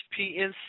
PNC